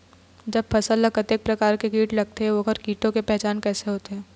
जब फसल ला कतेक प्रकार के कीट लगथे अऊ ओकर कीटों के पहचान कैसे होथे?